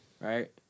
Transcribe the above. Right